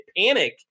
panic